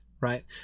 right